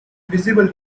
visible